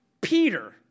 Peter